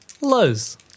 Lows